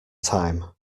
time